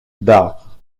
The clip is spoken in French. d’arbres